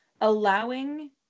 allowing